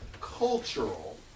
cultural